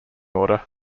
order